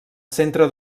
centre